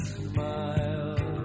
smile